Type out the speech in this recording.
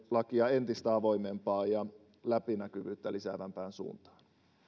entistä avoimempaan ja läpinäkyvyyttä lisäävämpään suuntaan